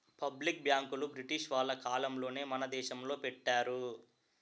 public బ్యాంకులు British వాళ్ళ కాలంలోనే మన దేశంలో పెట్టారు